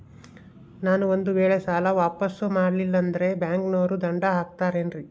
ನಾನು ಒಂದು ವೇಳೆ ಸಾಲ ವಾಪಾಸ್ಸು ಮಾಡಲಿಲ್ಲಂದ್ರೆ ಬ್ಯಾಂಕನೋರು ದಂಡ ಹಾಕತ್ತಾರೇನ್ರಿ?